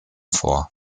vor